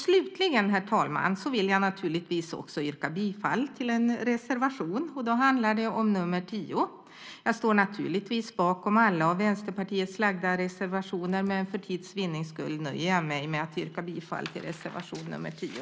Slutligen, herr talman, vill jag naturligtvis också yrka bifall till en reservation. Då handlar det om nr 10. Jag står givetvis bakom alla Vänsterpartiets avgivna reservationer, men för tids vinning nöjer jag mig med att yrka bifall till reservation nr 10.